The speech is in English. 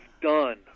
done